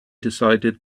decided